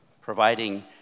providing